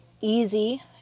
easy